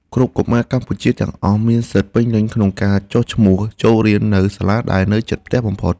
គ្រប់កុមារកម្ពុជាទាំងអស់មានសិទ្ធិពេញលេញក្នុងការចុះឈ្មោះចូលរៀននៅសាលាដែលនៅជិតផ្ទះបំផុត។